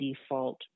default